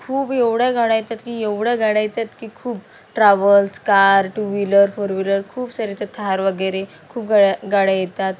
खूप एवढ्या गाड्या येतात की एवढ्या गाड्या येतात की खूप travels car two wheeler four wheeler खूप सारे त्या थार वगैरे खूप गाड्या गाड्या येतात